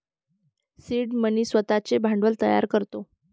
seed money स्वतःचे भांडवल तयार करतो